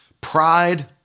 Pride